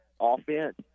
offense